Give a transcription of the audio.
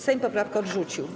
Sejm poprawkę odrzucił.